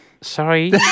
Sorry